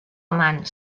amant